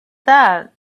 that